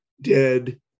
dead